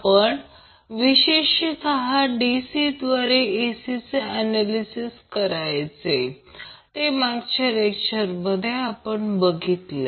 आपण विशेषतः DC द्वारे AC चे कसे ऍनॅलिसिस करायचेय ते मागच्या लेक्चरमध्ये बघितलेय